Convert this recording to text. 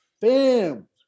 bam